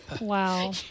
Wow